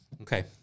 Okay